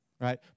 Right